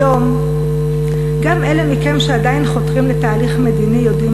היום גם אלה מכם שעדיין חותרים לתהליך מדיני יודעים